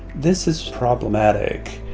this is problematic.